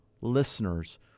listeners